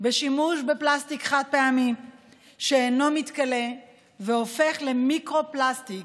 בשימוש בפלסטיק חד-פעמי שאינו מתכלה והופך למיקרו-פלסטיק,